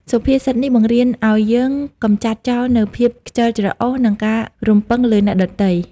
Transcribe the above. សុភាសិតនេះបង្រៀនឱ្យយើងកម្ចាត់ចោលនូវភាពខ្ជិលច្រអូស និងការរំពឹងលើអ្នកដទៃ។